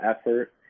effort